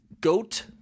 Goat